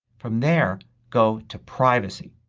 from there go to privacy.